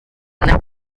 una